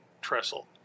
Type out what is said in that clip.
trestle